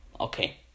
Okay